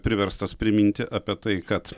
priverstas priminti apie tai kad